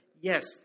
yes